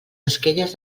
esquelles